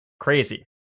Crazy